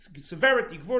severity